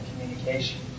communication